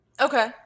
Okay